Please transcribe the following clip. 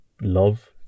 love